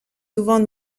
souvent